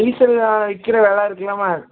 டீசல்லாம் விற்கிற வில இருக்குல்ல மேம்